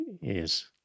Yes